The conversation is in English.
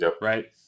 Right